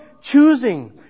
choosing